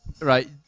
Right